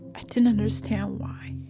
i didn't understand why.